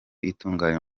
itunganya